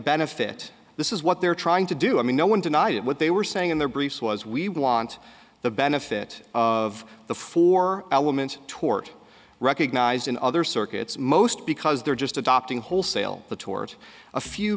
benefit this is what they're trying to do i mean no one denied it what they were saying in their briefs was we want the benefit of the four elements tort recognized in other circuits most because they're just adopting wholesale the towards a few